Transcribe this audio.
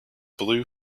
blue